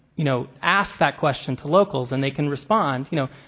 you know, ask that question to locals and they can respond, you know,